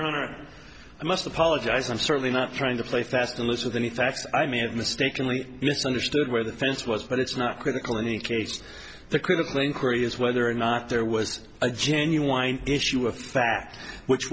honor i must apologize i'm certainly not trying to play fast and loose with any facts i may have mistakenly misunderstood where the fence was but it's not critical in any case the critical inquiry is whether or not there was a genuine issue of fact which